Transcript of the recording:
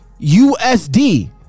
USD